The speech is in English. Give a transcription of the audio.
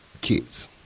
Kids